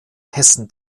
hessen